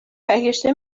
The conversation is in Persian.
برگشته